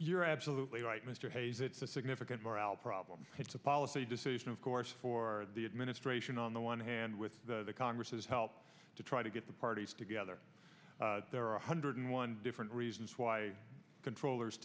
you're absolutely right mr hayes it's a significant morale problem it's a policy decision of course for the administration on the one hand with the congress help to try to get the parties together there are one hundred one different reasons why controllers